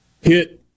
Hit